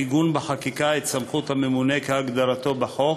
עיגון בחקיקה של סמכות הממונה, כהגדרתו בחוק,